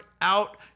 out